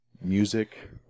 music